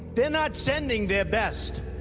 they're not sending their best.